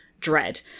dread